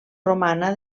romana